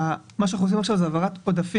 מה שאנחנו עושים עכשיו זה העברת עודפים.